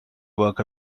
work